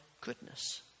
goodness